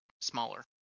smaller